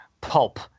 pulp